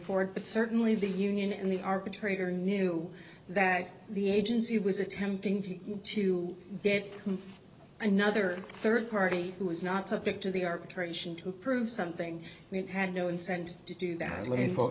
for it but certainly the union and the arbitrator knew that the agency was attempting to get another third party who was not subject to the arbitration to prove something we had no incentive to do that